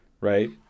right